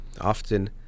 often